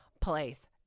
place